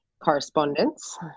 correspondence